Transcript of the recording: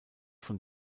von